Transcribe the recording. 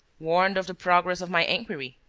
warned of the progress of my inquiry.